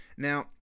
Now